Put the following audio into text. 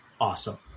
awesome